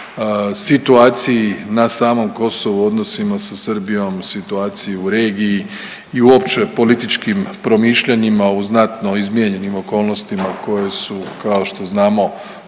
situaciji na samom Kosovu, odnosima sa Srbijom, situaciji u regiji i uopće političkim promišljanjima u znatno izmijenjenim okolnostima koje su kao što znamo